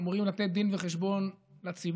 אמורים לתת דין וחשבון לציבור.